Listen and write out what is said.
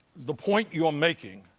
the point you're making